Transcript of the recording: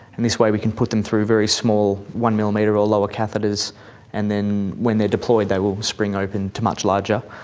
and this way we can put them through very small one-millimetre or lower catheters and then when they are deployed they will spring open to much larger.